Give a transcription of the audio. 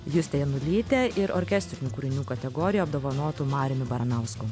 juste janulyte ir orkestrinių kūrinių kategorijoj apdovanotu mariumi baranausku